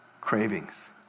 cravings